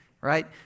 right